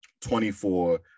24